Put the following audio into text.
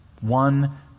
one